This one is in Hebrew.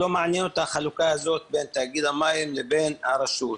לא מעניין אותו החלוקה הזאת בין תאגיד המים לבין הרשות.